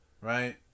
right